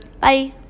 bye